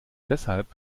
deshalb